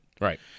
Right